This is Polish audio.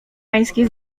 pańskie